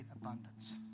abundance